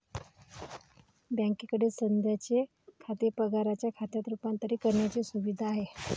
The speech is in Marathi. बँकेकडे सध्याचे खाते पगाराच्या खात्यात रूपांतरित करण्याची सुविधा आहे